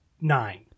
nine